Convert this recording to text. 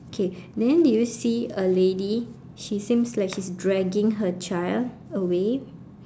okay then do you see a lady she seems like she's dragging her child away